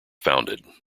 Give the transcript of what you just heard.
founded